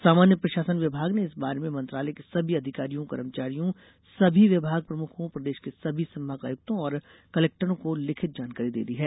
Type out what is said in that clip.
सामान्य प्रशासन विभाग ने इस बारे में मंत्रालय के सभी अधिकारियों कर्मचारियों सभी विभाग प्रमुखों प्रदेश के सभी संभागायुक्तों और कलेक्टरों को लिखित जानकारी दे दी है